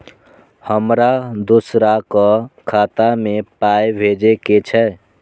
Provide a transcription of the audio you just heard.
हमरा दोसराक खाता मे पाय भेजे के छै?